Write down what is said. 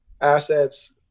assets